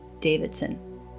Davidson